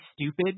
stupid